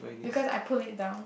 because I pulled it down